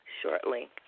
shortly